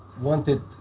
wanted